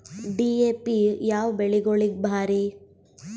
DAP ಯಾವ ಬೆಳಿಗೊಳಿಗ ಭಾರಿ?